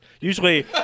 usually